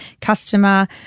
customer